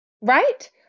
Right